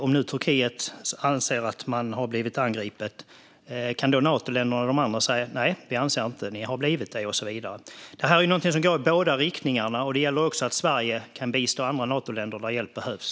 Om Turkiet skulle anse sig ha blivit angripet, kan då Natoländerna och de andra säga: "Nej, vi anser inte att ni har blivit det" och så vidare? Detta går i båda riktningarna, och det gäller att Sverige kan bistå andra Natoländer där hjälp behövs.